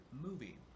movie